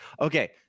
okay